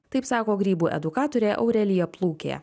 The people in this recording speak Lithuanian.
taip sako grybų edukatorė aurelija plūkė